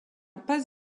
pas